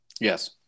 yes